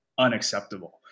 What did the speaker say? unacceptable